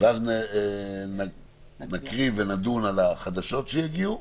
ואז נקריא ונדון בחדשות שיגיעו,